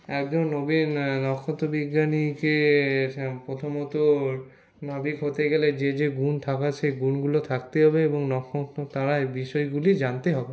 একজন নবীন নক্ষত্র বিজ্ঞানীকে প্রথমত নাবিক হতে গেলে যে যে গুণ থাকার সেই গুণগুলো থাকতেই হবে এবং নক্ষত্র তারা এই বিষয়গুলি জানতে হবে